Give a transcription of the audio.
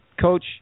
Coach